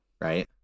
Right